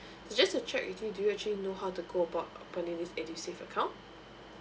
so just to check with you do you actually know how to go about applying this edusave account